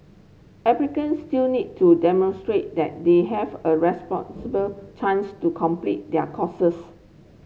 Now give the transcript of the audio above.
applicants still need to demonstrate that they have a responsible chance to complete their courses